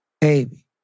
Baby